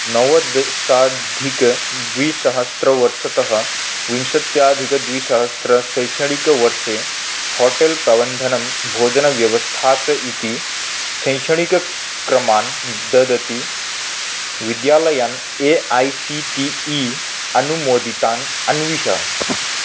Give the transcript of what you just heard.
नवदशाधिकद्विसहस्रवर्षतः विंशत्यधिकद्विसहस्रशैक्षणिकवर्षे होटेल् प्रबन्धनं भोजनव्यवस्था च इति शैक्षणिकक्रमान् ददति विद्यालयान् A I C T E अनुमोदितान् अन्विष